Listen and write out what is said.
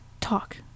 talk